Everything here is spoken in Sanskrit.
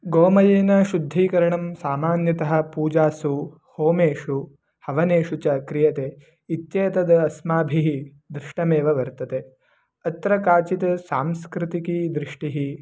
गोमयेन शुद्धीकरणं सामान्यतः पूजासु होमेषु हवनेषु च क्रियते इत्येतत् अस्माभिः दृष्टमेव वर्तते अत्र काचित् सांस्कृतिकीदृष्टिः